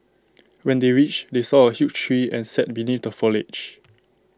when they reached they saw A huge tree and sat beneath the foliage